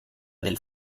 del